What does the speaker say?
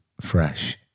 fresh